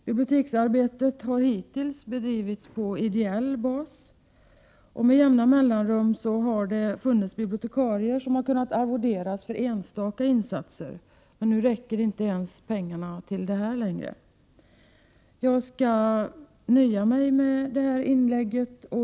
Biblioteksarbetet har hittills bedrivits på ideell bas, och med jämna mellanrum har det funnits bibliotekarier som kunnat arvoderas för enstaka insatser, men nu räcker pengarna inte längre ens till detta. Jag skall nöja mig med detta inlägg.